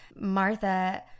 Martha